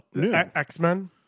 X-Men